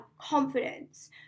confidence